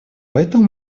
поэтому